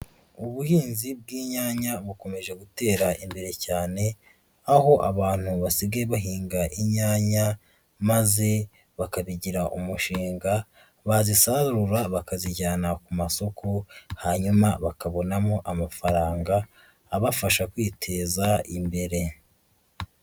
Ubuhinzi bw'inyanya bukomeje gutera imbere cyane, aho abantu basigaye bahinga inyanya maze bakabigira umushinga, bazisarura bakazijyana ku masoko, hanyuma bakabonamo amafaranga abafasha kwiteza imbere.